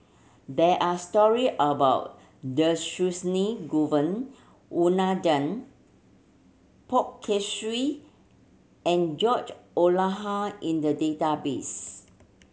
there are story about Govin Winodan Poh Kay Swee and George in the database